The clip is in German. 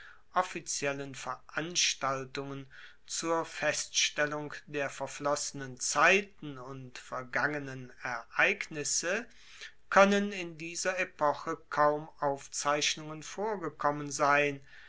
offiziellen veranstaltungen zur feststellung der verflossenen zeiten und vergangenen ereignisse koennen in dieser epoche kaum aufzeichnungen vorgekommen sein